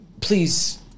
Please